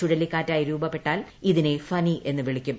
ചുഴലിക്കാറ്റായി രൂപപ്പെട്ടാൽ ഇതിനെ ഫനി എന്ന് വിളിക്കും